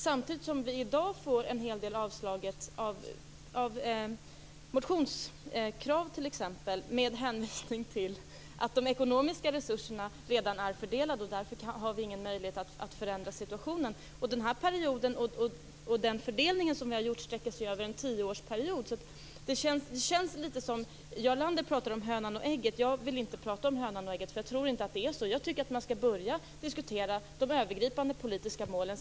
Samtidigt avslår vi i dag en hel del, t.ex. motionskrav, med hänvisning till att de ekonomiska resurserna redan är fördelade och att vi därför inte har någon möjlighet att förändra situationen. Den här perioden och den fördelning vi har gjort sträcker sig över tio år. Jarl Lander pratar om hönan och ägget. Jag vill inte prata om hönan och ägget. Jag tror nämligen inte att det är så. Jag tycker att man skall börja med att diskutera de övergripande politiska målen.